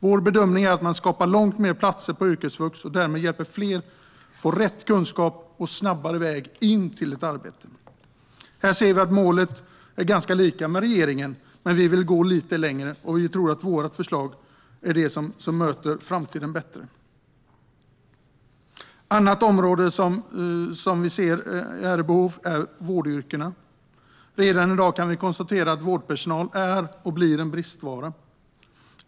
Vår bedömning är att man på så vis skapar långt fler platser på yrkesvux och hjälper därmed fler att få rätt kunskap och en snabbare väg till ett arbete. Vårt mål är ganska likt regeringens, men vi vill gå lite längre och vi tror att vårt förslag är det som möter framtiden bättre. Ett annat område som vi ser har behov är vårdyrkena. Redan i dag kan vi konstatera att vårdpersonal är och förblir en bristvara.